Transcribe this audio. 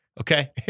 okay